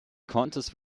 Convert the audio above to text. contest